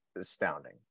astounding